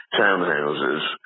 townhouses